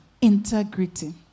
Integrity